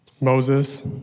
Moses